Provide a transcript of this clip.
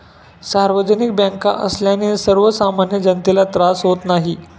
सार्वजनिक बँका असल्याने सर्वसामान्य जनतेला त्रास होत नाही